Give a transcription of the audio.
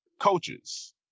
coaches